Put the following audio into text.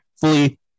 fully